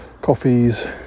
coffees